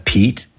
Pete